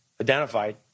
identified